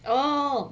oh